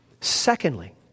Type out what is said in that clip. Secondly